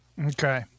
Okay